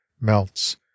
melts